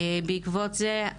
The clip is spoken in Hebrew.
בעקבות זה,